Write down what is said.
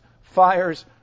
fires